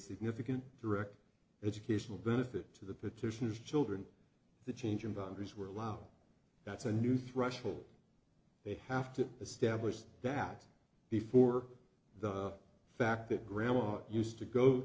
significant direct educational benefit to the petitioners children the change in boundaries were allowed that's a new threshold they have to establish that before the fact that grandma used to go